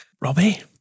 Robbie